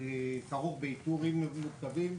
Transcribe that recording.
הוא כרוך באיתורים מורכבים.